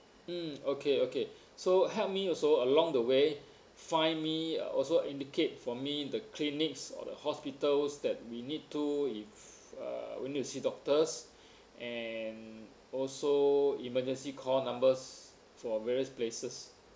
mm okay okay so help me also along the way find me also indicate for me the clinics or the hospitals that we need to if uh we need to see doctors and also emergency call numbers for various places